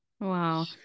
Wow